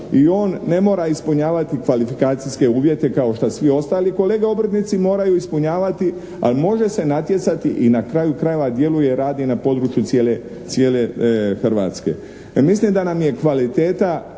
i on ne mora ispunjavati kvalifikacijske uvjete kao što svi ostali kolege obrtnici moraju ispunjavati ali može se natjecati i na kraju krajeva djeluje i radi na području cijele Hrvatske. Mislim da nam je kvaliteta,